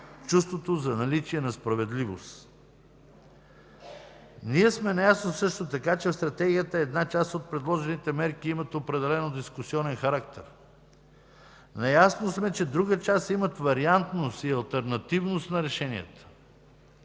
чувството за наличие на справедливост. Ние сме наясно също така, че в Стратегията една част от наложените мерки имат определено дискусионен характер. Наясно сме, че друга част имат вариантност и алтернативност на решенията.